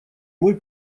мой